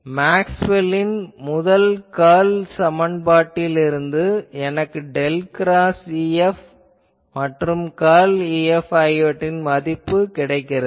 Maxwell ன் முதல் curl சமன்பாட்டிலிருந்து எனக்கு டெல் கிராஸ் EF மற்றும் கர்ல் EF ஆகியவற்றின் மதிப்பு கிடைக்கிறது